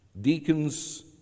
deacons